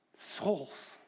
Souls